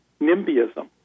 nimbyism